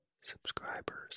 subscribers